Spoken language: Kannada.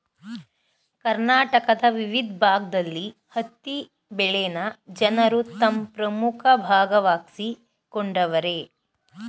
ಕರ್ನಾಟಕದ ವಿವಿದ್ ಭಾಗ್ದಲ್ಲಿ ಹತ್ತಿ ಬೆಳೆನ ಜನರು ತಮ್ ಪ್ರಮುಖ ಭಾಗವಾಗ್ಸಿಕೊಂಡವರೆ